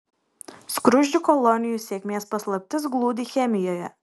skruzdžių kolonijų sėkmės paslaptis glūdi chemijoje